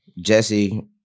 Jesse